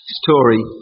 story